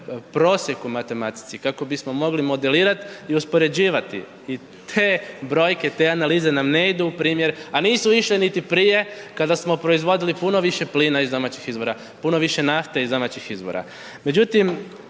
prosjek u matematici kako bismo mogli modelirat i uspoređivati i te brojke i te analize nam ne idu u primjer, a nisu išle niti prije kada smo proizvodili puno više plina iz domaćih izvora, puno više nafte iz domaćih izvora.